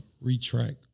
retract